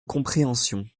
compréhension